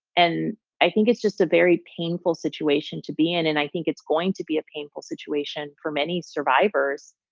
and i think it's just a very painful situation to be in. and i think it's going to be a painful situation for many survivors,